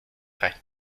frais